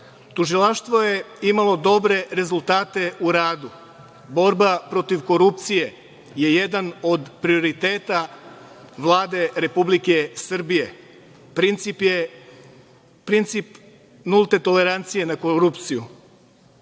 Tužilaštvo je imalo dobre rezultate u radu. Borba protiv korupcije je jedan od prioriteta Vlade Republike Srbije. Princip nulte tolerancije na korupciju.